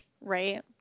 right